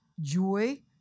joy